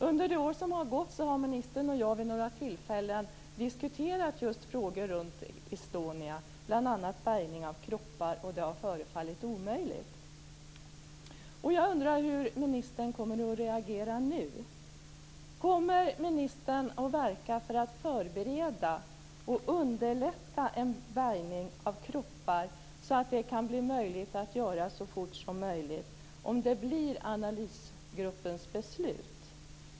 Under det år som har gått har ministern och jag vid några tillfällen diskuterat just frågor runt Estonia, bl.a. bärgning av kroppar, som har förefallit omöjligt. Jag undrar hur ministern kommer att reagera nu. Kommer ministern att verka för att man skall förbereda och underlätta en bärgning av kroppar, så att en sådan kan genomföras så fort som möjligt om detta blir analysgruppens beslut?